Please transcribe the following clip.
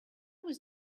was